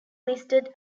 listed